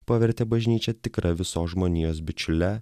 pavertė bažnyčią tikra visos žmonijos bičiule